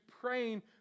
praying